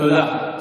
תודה.